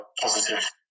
positive